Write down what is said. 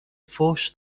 فحش